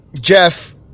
Jeff